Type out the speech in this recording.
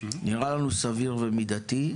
זה נראה לנו סביר ומידתי.